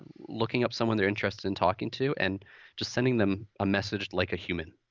looking up someone they're interested in talking to, and just sending them a message like a human.